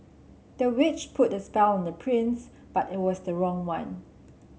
the witch put a spell on the prince but it was the wrong one